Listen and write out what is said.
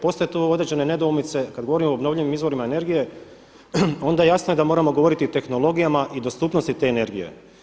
Postoje tu određene nedoumice kada govorimo o obnovljivim izvorima energije onda je jasno da moramo govoriti o tehnologijama i dostupnosti te energije.